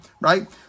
right